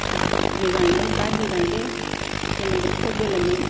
दा गोजांनायाव दा गोजांदों गोलोम बोथोराव गोलोमो